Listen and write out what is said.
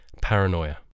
Paranoia